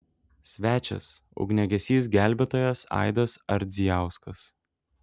svečias ugniagesys gelbėtojas aidas ardzijauskas